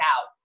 out